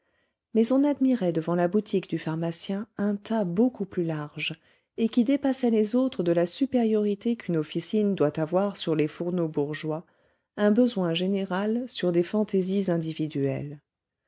mais on admirait devant la boutique du pharmacien un tas beaucoup plus large et qui dépassait les autres de la supériorité qu'une officine doit avoir sur les fourneaux bourgeois un besoin général sur des fantaisies individuelles